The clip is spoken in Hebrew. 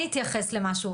אני אתייחס למשהו,